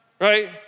right